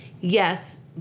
Yes